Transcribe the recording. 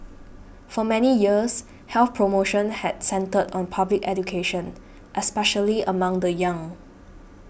for many years health promotion had centred on public education especially among the young